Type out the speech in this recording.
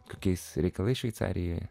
kokiais reikalais šveicarijoje